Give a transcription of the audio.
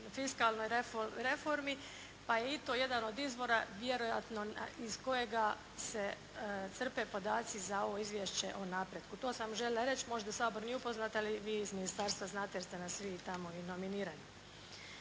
fiskalnoj reformi, pa je i to jedan od izvora vjerojatno iz kojega se crpe podaci za ovo izvješće o napretku. To sam željela reći. Možda Sabor nije upoznat, ali vi iz ministarstva znate jer ste nas vi i tamo nominirali.